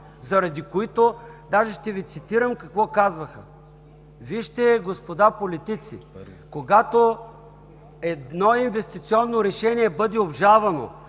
дела, даже ще Ви цитирам какво казваха: „Вижте, господа политици! Когато едно инвестиционно решение бъде обжалвано